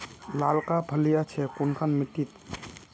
लालका फलिया छै कुनखान मिट्टी त?